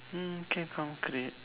hmm okay concrete